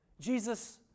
Jesus